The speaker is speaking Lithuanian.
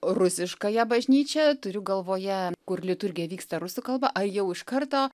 rusiškąją bažnyčią turiu galvoje kur liturgija vyksta rusų kalba ar jau iš karto